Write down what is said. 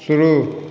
शुरू